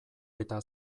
eta